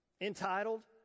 Entitled